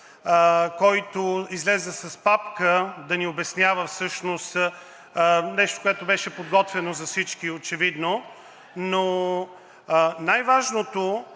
който излезе с папка да ни обяснява всъщност нещо, което беше подготвено очевидно за всички. Но най-важното